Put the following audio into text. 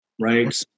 right